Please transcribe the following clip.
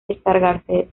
descargarse